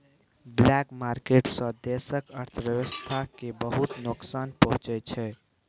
black market सँ देशक अर्थव्यवस्था केँ बहुत नोकसान पहुँचै छै